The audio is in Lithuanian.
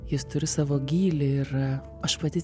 jis turi savo gylį ir aš pati